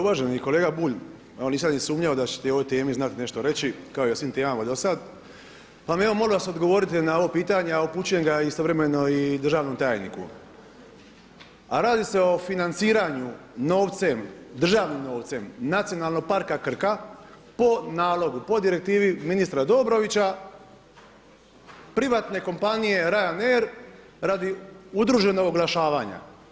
Uvaženi kolega Bulj, evo nisam ni sumnjao da ćete o ovoj temi znati nešto reći kao i o svim temama do sada, pa mi molim vas odgovorite na ovo pitanje, a upućujem ga istovremeno i državnom tajniku, a radi se o financiranju novcem državnim novcem Nacionalnog parka Krka po nalogu, po direktivi ministra Dobrovića privatne kompanije … radi udruženog oglašavanja.